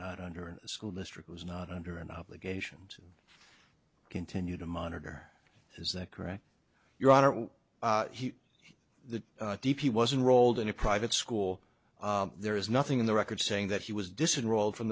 not under the school district was not under an obligation to continue to monitor is that correct your honor the d p wasn't rolled in a private school there is nothing in the record saying that he was disenrolled from